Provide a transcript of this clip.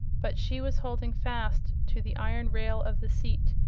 but she was holding fast to the iron rail of the seat,